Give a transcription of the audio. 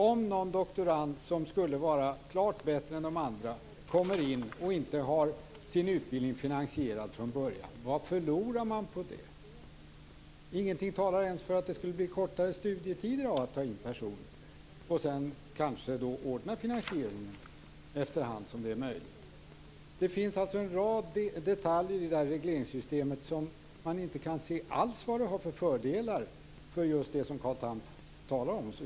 Om någon doktorand som skulle vara klart bättre än de andra kommer in och inte har sin utbildning finansierad från början - vad förlorar man på det? Inget talar ens för att det skulle bli kortare studietider av att ta in personer och sedan kanske ordna finansieringen efter hand som det är möjligt. Det finns alltså en rad detaljer i det här regleringssystemet som man inte alls kan se vad de skulle ha för fördelar för just det som Carl Tham talar om.